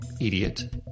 idiot